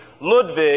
Ludwig